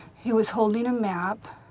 he was holding a map,